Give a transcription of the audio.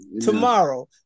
Tomorrow